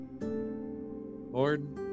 Lord